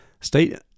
State